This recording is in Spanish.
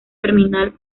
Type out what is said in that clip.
terminal